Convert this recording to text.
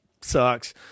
sucks